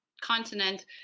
continent